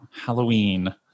Halloween